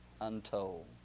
untold